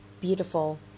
beautiful